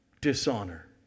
dishonor